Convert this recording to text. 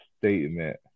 statement